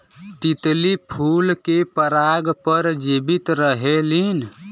तितली फूल के पराग पर जीवित रहेलीन